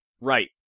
Right